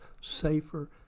safer